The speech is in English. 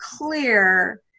clear